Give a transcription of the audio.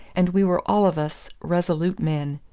and we were all of us resolute men.